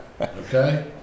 Okay